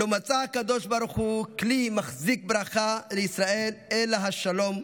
"לא מצא הקדוש ברוך הוא כלי מחזיק ברכה לישראל אלא השלום,